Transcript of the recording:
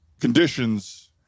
conditions